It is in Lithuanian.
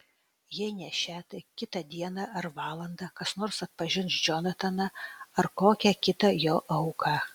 jei ne šią tai kitą dieną ar valandą kas nors atpažins džonataną ar kokią kitą jo auką